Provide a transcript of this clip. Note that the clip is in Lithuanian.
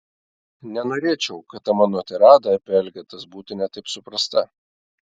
nenorėčiau kad ta mano tirada apie elgetas būtų ne taip suprasta